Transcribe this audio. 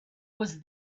was